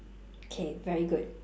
K very good